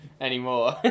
anymore